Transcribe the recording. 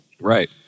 Right